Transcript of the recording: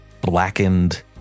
blackened